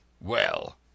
Well